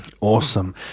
awesome